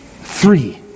three